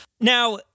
Now